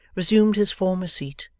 resumed his former seat,